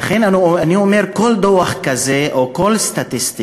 ולכן אני אומר, כל דוח כזה, או כל סטטיסטיקה,